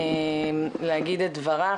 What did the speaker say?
להגיד את דברה.